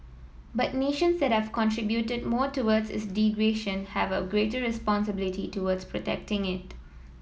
but nations that have contributed more towards its degradation have a greater responsibility towards protecting it